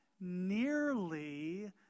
nearly